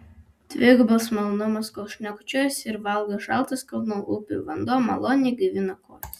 dvigubas malonumas kol šnekučiuojasi ir valgo šaltas kalnų upių vanduo maloniai gaivina kojas